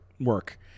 work